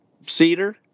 cedar